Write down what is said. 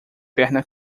perna